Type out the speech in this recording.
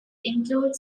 include